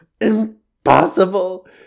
impossible